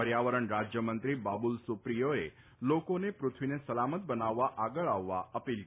પર્યાવરણ રાજ્યમંત્રી બાબુલ સુપ્રિયો એ લોકોને પૃથ્વીને સલામત બનાવવા આગળ આવવા અપીલ કરી હતી